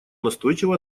настойчиво